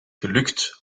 gelukt